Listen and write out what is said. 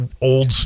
old